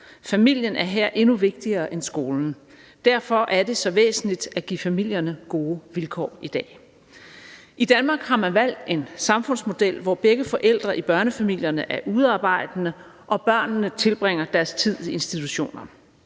Familien er her endnu vigtigere end skolen. Derfor er det så væsentligt at give familierne gode vilkår i dag. I Danmark har man valgt en samfundsmodel, hvor begge forældre i børnefamilierne er udarbejdende og børnene tilbringer deres tid i institutioner.